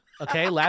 Okay